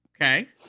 Okay